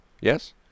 yes